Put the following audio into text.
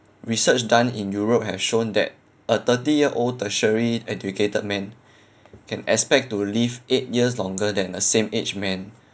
research done in europe have shown that a thirty year old tertiary educated man can expect to live eight years longer than a same age man